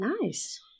Nice